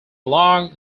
long